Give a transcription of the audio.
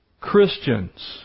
Christians